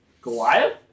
Goliath